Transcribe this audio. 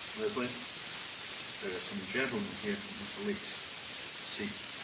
leslie there are some gentlemen here from the police to see you